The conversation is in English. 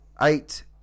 Eight